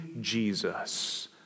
Jesus